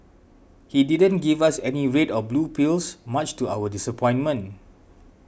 he didn't give us any red or blue pills much to our disappointment